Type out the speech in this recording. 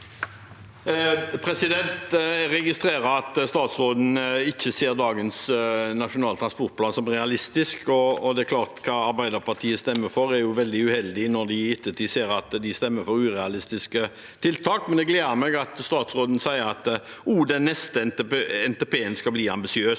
Jeg registrerer at statsråden ikke ser dagens Nasjonal transportplan som realistisk, og det er klart at det Arbeiderpartiet stemmer for, er veldig uheldig når de i ettertid ser at de stemmer for urealistiske tiltak. Men det gleder meg at statsråden sier at også den neste NTP-en skal bli ambisiøs.